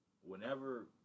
whenever